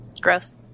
Gross